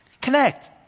connect